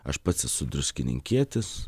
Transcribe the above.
aš pats esu druskininkietis